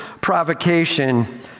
provocation